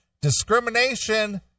discrimination